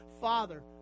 Father